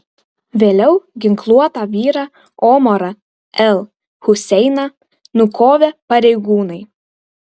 vėliau ginkluotą vyrą omarą el huseiną nukovė pareigūnai